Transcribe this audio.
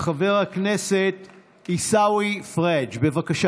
חבר הכנסת עיסאווי פריג', בבקשה.